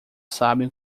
sabem